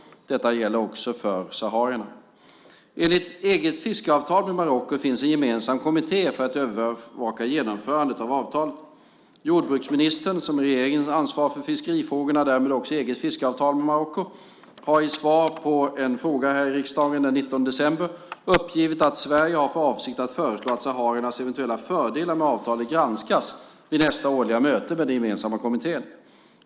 Detta gäller också för saharierna. Enligt EG:s fiskeavtal med Marocko finns en gemensam kommitté för att övervaka genomförandet av avtalet. Jordbruksministern, som i regeringen ansvarar för fiskefrågorna och därmed också EG:s fiskeavtal med Marocko, har i svar på en fråga här i riksdagen den 19 december uppgivit att Sverige har för avsikt att föreslå att sahariernas eventuella fördelar med avtalet granskas vid nästa årliga möte med den gemensamma kommittén.